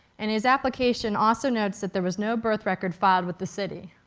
and his application also notes that there was no birth record filed with the city.